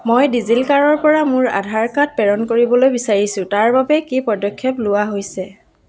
মই ডিজিলকাৰৰপৰা মোৰ আধাৰ কাৰ্ড প্ৰেৰণ কৰিবলৈ বিচাৰিছোঁ তাৰ বাবে কি পদক্ষেপ লোৱা হৈছে